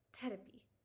therapy